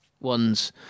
ones